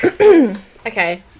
okay